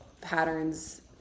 patterns